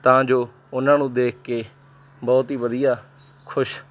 ਤਾਂ ਜੋ ਉਹਨਾਂ ਨੂੰ ਦੇਖ ਕੇ ਬਹੁਤ ਹੀ ਵਧੀਆ ਖੁਸ਼